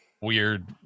weird